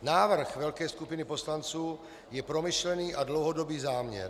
Návrh velké skupiny poslanců je promyšlený a dlouhodobý záměr.